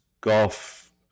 golf